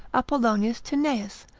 apollonius tianeus,